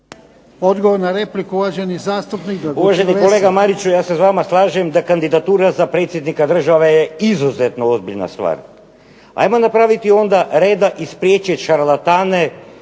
- Stranka rada)** Uvaženi kolega Mariću, ja se sa vama slažem da kandidatura za predsjednika države je izuzetno ozbiljna stvar. Hajmo napraviti onda reda i spriječiti šarlatane